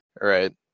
right